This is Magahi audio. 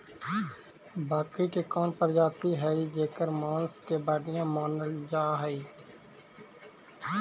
बकरी के कौन प्रजाति हई जेकर मांस के बढ़िया मानल जा हई?